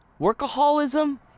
Workaholism